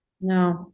No